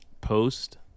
post